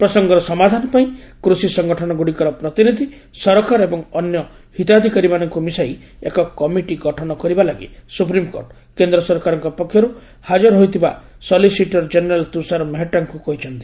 ପ୍ରସଙ୍ଗର ସମାଧାନ ପାଇଁ କୃଷି ସଂଗଠନଗୁଡ଼ିକର ପ୍ରତିନିଧି ସରକାର ଏବଂ ଅନ୍ୟ ହିତାଧିକାରୀମାନଙ୍କୁ ମିଶାଇ ଏକ କମିଟି ଗଠନ କରିବା ଲାଗି ସୁପ୍ରିମକୋର୍ଟ କେନ୍ଦ୍ର ସରକାରଙ୍କ ପକ୍ଷରୁ ହାଜର ହୋଇଥିବା ସଲିସିଟର ଜେନେରାଲ ତୁଷାର ମେହେଟ୍ଟାଙ୍କୁ କହିଛନ୍ତି